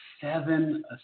seven